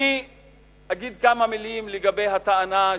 אני אגיד כמה מלים לגבי הטענה,